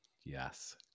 yes